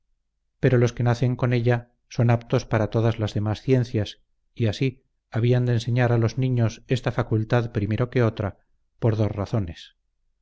pero los que nacen con ella son aptos para todas las demás ciencias y así habían de enseñar a los niños esta facultad primero que otra por dos razones